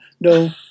no